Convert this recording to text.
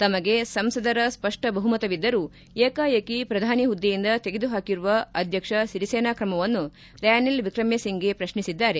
ತಮಗೆ ಸಂಸದರ ಸ್ವಷ್ಟ ಬಹುಮತವಿದ್ದರೂ ಏಕಾಏಕಿ ಪ್ರಧಾನಿ ಹುದ್ದೆಯಿಂದ ತೆಗೆದು ಹಾಕಿರುವ ಅಧ್ಯಕ್ಷ ಭರಿಸೇನಾ ಕ್ರಮವನ್ನು ರನಿಲ್ ವಿಕ್ರೆಮೆಸಿಂಫೆ ಪ್ರಶ್ನಿಸಿದ್ದಾರೆ